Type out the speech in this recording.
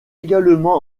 également